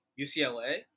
UCLA